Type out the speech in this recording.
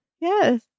Yes